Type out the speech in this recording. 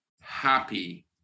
happy